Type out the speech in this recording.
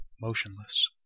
motionless